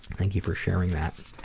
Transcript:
thank you for sharing that.